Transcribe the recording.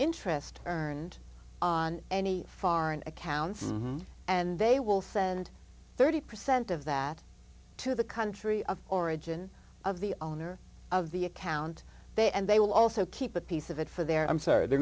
interest earned on any foreign accounts and they will send thirty percent of that to the country of origin of the owner of the account they and they will also keep a piece of it for their i'm sorry they're